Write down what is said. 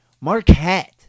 Marquette